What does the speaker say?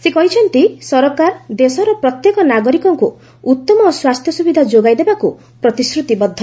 ସେ କହିଛନ୍ତି ସରକାର ଦେଶର ପ୍ରତ୍ୟେକ ନାଗରିକଙ୍କୁ ଉତ୍ତମ ସ୍ୱାସ୍ଥ୍ୟ ସୁବିଧା ସ ଯୋଗାଇ ଦେବାକୁ ପ୍ରତିଶ୍ରୁତିବଦ୍ଧ